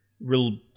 real